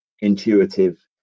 intuitive